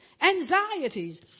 anxieties